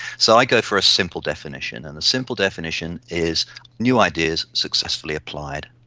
so i go for a simple definition, and the simple definition is new ideas, successfully applied.